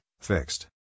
fixed